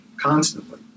constantly